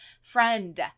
Friend